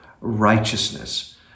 righteousness